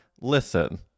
listen